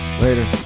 later